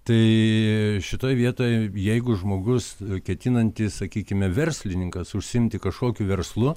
tai šitoj vietoj jeigu žmogus ketinantis sakykime verslininkas užsiimti kažkokiu verslu